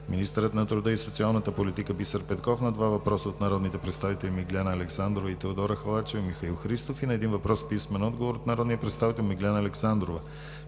министърът на труда и социалната политика Бисер Петков – на два въпроса от народните представители Миглена Александрова; Теодора Халачева и Михаил Христов; и на един въпрос с писмен отговор от народния представител Миглена Александрова;